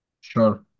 Sure